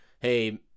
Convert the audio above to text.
Hey